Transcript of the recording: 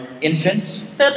infants